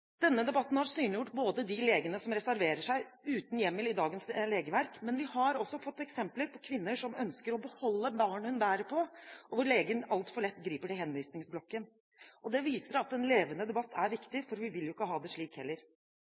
Denne debatten har synliggjort de legene som reserverer seg uten hjemmel i dagens regelverk, men vi har også fått eksempler på kvinner som ønsker å beholde barnet de bærer på, hvor legen altfor lett griper til henvisningsblokken. Det viser at en levende debatt er viktig, for vi vil jo ikke ha det slik, heller.